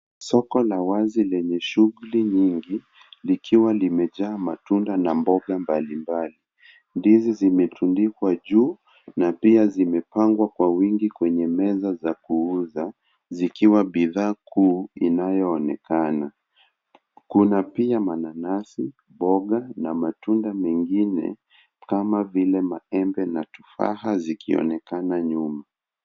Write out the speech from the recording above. Soko la wazi lenye shughuli nyingi likiwa limejaa matunda na mboga mbalimbali. Ndizi zimetundikwa juu na pia zimepangwa kwa wingi kwenye meza za kuuza zikiwa bidhaa kuu inayoonekana. Kuna pia mananasi, mboga na matunda mengine kama vile maembe na tufaha zikionekana nyuma.